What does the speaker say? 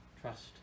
Trust